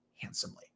handsomely